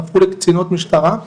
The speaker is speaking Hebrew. הפכו לקצינות משטרה,